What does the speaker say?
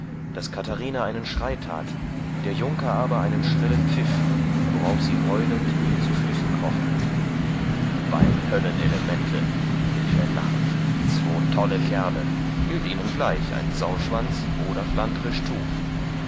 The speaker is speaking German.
daß katharina einen schrei that der junker aber einen schrillen pfiff worauf sie heulend ihm zu füßen krochen beim höllenelemente rief er lachend zwo tolle kerle gilt ihnen gleich ein sauschwanz oder flandrisch tuch